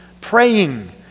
Praying